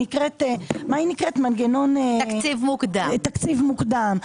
שנקראת מנגנון תקציב מוקדם.